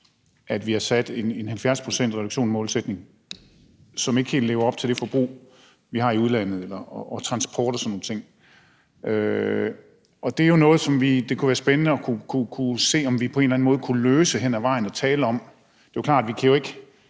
til vi har sat en 70-procentsreduktionsmålsætning, som ikke helt lever op til det forbrug, vi har i udlandet, og transport og sådan nogle ting. Det er jo noget, som det kunne være spændende at se om vi på en eller anden måde kunne løse hen ad vejen og tale om. Det er jo klart, at vi ikke